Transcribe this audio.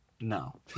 No